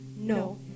no